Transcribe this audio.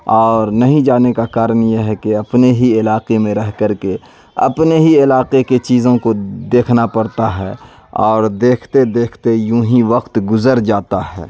اور نہیں جانے کا کارن یہ ہے کہ اپنے ہی علاقے میں رہ کر کے اپنے ہی علاقے کے چیزوں کو دیکھنا پڑتا ہے اور دیکھتے دیکھتے یوں ہی وقت گزر جاتا ہے